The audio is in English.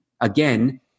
Again